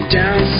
down